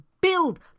build